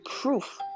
proof